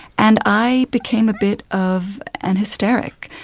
and i became a bit of an hysteric.